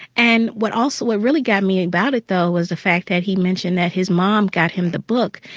and what also what really got me about it, though, was the fact that he mentioned that his mom got him the book.